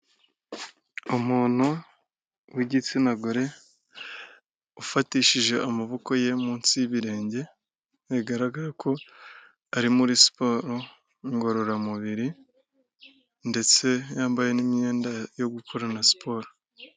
Umuntu w'igitsina gore ufatishije amaboko ye munsi y'ibirenge, bigaragara ko ari muri siporo ngororamubiri ndetse yambaye n'imyenda yo gukorana siporo.